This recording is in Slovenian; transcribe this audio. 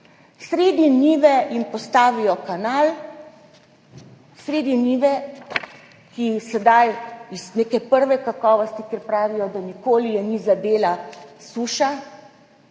Sredi njive jim postavijo kanal, sredi njive, ki je sedaj prve kakovosti, kjer pravijo, da je nikoli ni zadela suša,